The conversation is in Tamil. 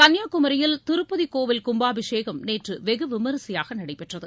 கன்னியாகுமரியில் திருப்பதி கோவில் கும்பாபிஷேகம் நேற்று வெகுவிமரிசையாக நடைபெற்றது